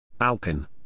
Alpin